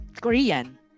Korean